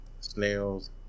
snails